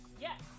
Yes